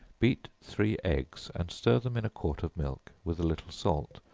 beat three eggs, and stir them in a quart of milk, with a little salt,